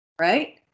Right